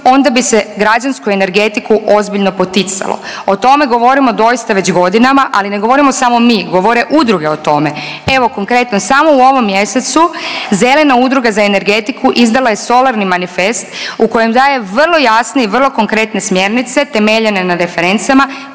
onda bi se građansku energetiku ozbiljno poticalo. O tome govorimo doista već godinama, ali ne govorimo samo mi, govore udruge o tome. Evo, konkretno, samo u ovom mjesecu, zelena udruga za energetiku izdala je solarni manifest u kojem daje vrlo jasne i vrlo konkretne smjernice temeljene na referencama